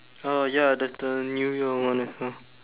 uh ya the the new year and all that stuff